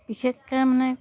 বিশেষকৈ মানে